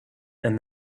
and